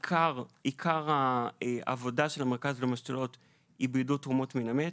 עיקר העבודה של המרכז הלאומי להשתלות הוא בעידוד תרומות מן המת.